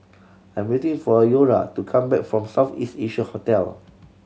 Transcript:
I'm waiting for Eura to come back from South East Asia Hotel